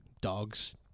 dogs